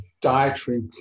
dietary